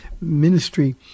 ministry